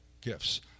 gifts